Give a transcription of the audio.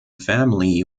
family